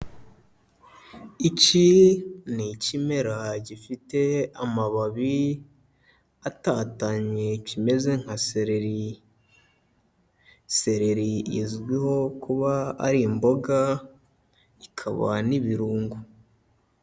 Iki ni ikimera gifite amababi atatanye kimeze nka seleri. Seleri izwiho kuba ari imboga, ikaba n'ibirungu.